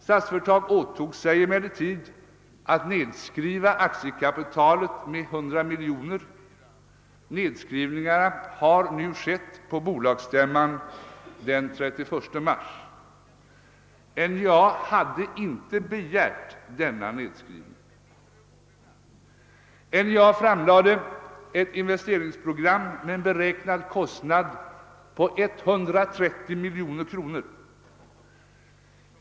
Statsföretag åtog sig emellertid att nedskriva aktiekapitalet med 100 milj.kr. Nedskrivningen har nu skett på bolagsstämman den 31 mars. NJA hade inte begärt denna nedskrivning. NJA framlade ett investeringsprogram med en beräknad kostnad på 130 milj.kr.